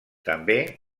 també